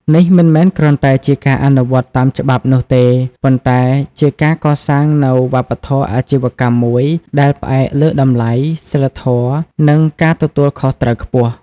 នេះមិនមែនគ្រាន់តែជាការអនុវត្តតាមច្បាប់នោះទេ ប៉ុន្តែជាការកសាងនូវវប្បធម៌អាជីវកម្មមួយដែលផ្អែកលើតម្លៃ សីលធម៌ និងការទទួលខុសត្រូវខ្ពស់ ។